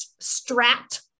Strat